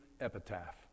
epitaph